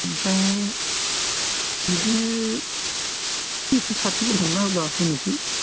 ओमफ्राय बिदिनो एकस' साथिफोर हमना होब्ला होनोसै